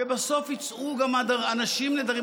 ובסוף יצאו גם אנשים נהדרים.